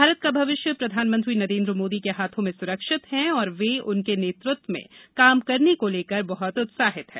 भारत का भविष्य प्रधानमंत्री नरेन्द्र मोदी के हाथों में सुरक्षित है और वे उनके नेतृत्व में काम करने को लेकर बहुत उत्साहित है